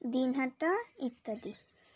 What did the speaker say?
দিনহাটা ইত্যাদি